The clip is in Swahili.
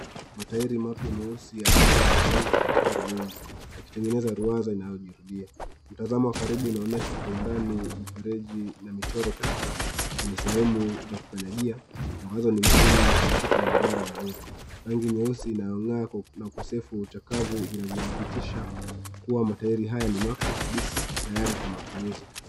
Mahiri mapya meusi ya gari yamepangwa kwa mtari mingi, yakitengeneza ruaza inayo jirudia. Mtazamo wa karibu unaonesha kwa umbali mfereji na michiro tata, kwenye sehemu za kukunyagia ndo muhimu kwa kuweza kushika barabara vizuri, rangi nyeusi inyaongaa na ukosefu inadhibitisha kuwa mataeri ni mapya kabisa na tayari kwa matumizi.